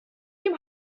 dem